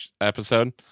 episode